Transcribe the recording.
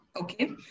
Okay